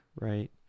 right